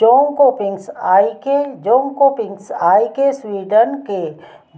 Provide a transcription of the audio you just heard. जोंकोपिंग्स I K Jonkopings I K Sweden के